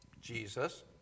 Jesus